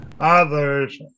Others